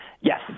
Yes